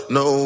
no